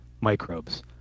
microbes